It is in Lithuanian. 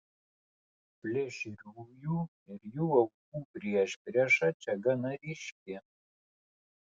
plėšriųjų ir jų aukų priešprieša čia gana ryški